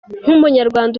nk’umunyarwanda